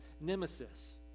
nemesis